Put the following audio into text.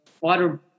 water